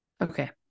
Okay